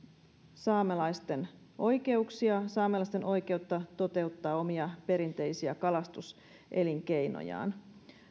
saamelaisten oikeuksia saamelaisten oikeutta toteuttaa omia perinteisiä kalastus elinkeinojaan